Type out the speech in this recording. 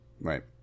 Right